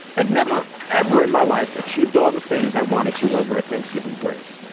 i've never, ever in my life achieved all the things i wanted to over a thanksgiving break.